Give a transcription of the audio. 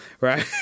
right